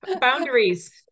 Boundaries